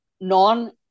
non